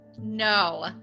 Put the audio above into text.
no